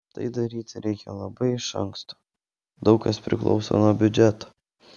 tai daryti reikia labai iš anksto daug kas priklauso nuo biudžeto